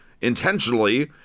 intentionally